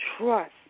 trust